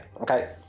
okay